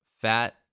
fat